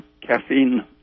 caffeine